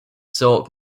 zork